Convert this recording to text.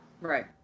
Right